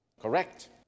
Correct